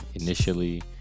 initially